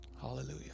Hallelujah